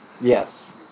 Yes